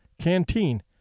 canteen